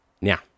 now